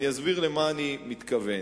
אני אסביר למה אני מתכוון.